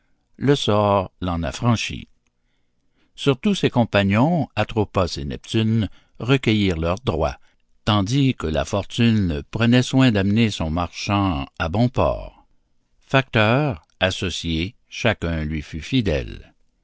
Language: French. le sort l'en affranchit sur tous ses compagnons atropos et neptune recueillirent leurs droits tandis que la fortune prenait soin d'amener son marchand à bon port facteurs associés chacun lui fut fidèle